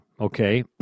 Okay